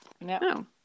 no